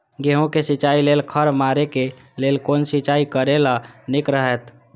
गेहूँ के सिंचाई लेल खर मारे के लेल कोन सिंचाई करे ल नीक रहैत?